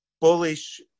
bullish